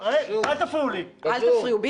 תאפשרו לנו,